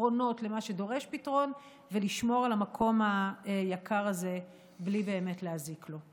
פתרונות למה שדורש פתרון ולשמור על המקום היקר הזה בלי באמת להזיק לו.